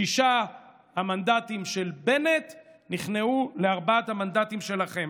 ששת המנדטים של בנט נכנעו לארבעת המנדטים שלכם.